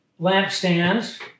lampstands